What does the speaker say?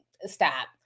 stop